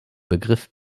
begriff